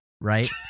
right